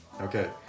Okay